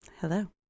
Hello